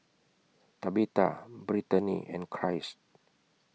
Tabitha Brittani and Christ